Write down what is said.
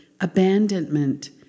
abandonment